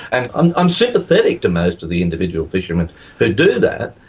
and i'm i'm sympathetic to most of the individual fishermen who do that,